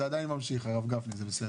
זה עדיין ממשיך, הרב גפני, זה בסדר.